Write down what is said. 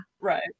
right